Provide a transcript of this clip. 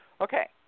Okay